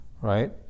right